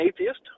atheist